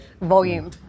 volume